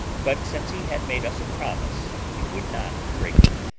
but, since he had made us a promise, he would not break it,